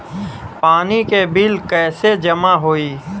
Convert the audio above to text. पानी के बिल कैसे जमा होयी?